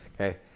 Okay